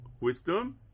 wisdom